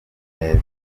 neza